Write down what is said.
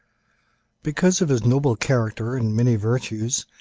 because of his noble character and many virtues,